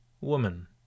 woman